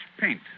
paint